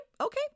Okay